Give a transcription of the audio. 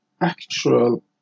actual